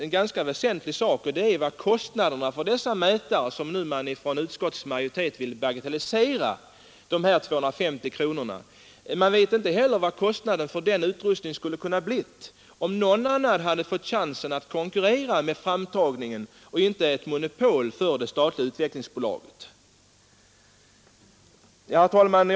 En ganska väsentlig sak är att man inte heller vet vad kostnaderna för dessa mätare — utskottsmajoriteten försöker nu bagatellisera dessa 250 kronor — skulle ha kunnat bli om någon annan fått chansen att konkurrera med det statliga utvecklingsbolaget, som nu haft monopol på framtagningen av denna utrustning. Herr talman!